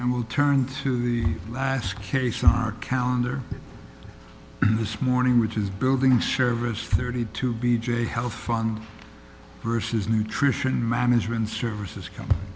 and we'll turn to the last case on our calendar this morning which is building service thirty two b j health fund versus nutrition management services company